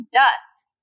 dust